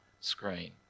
screen